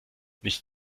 nicht